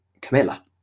camilla